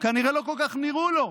כנראה לא כל כך נראו לו.